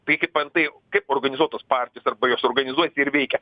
tai kaip antai kaip organizuotos partijos arba jos organizuojasi ir veikia